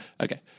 Okay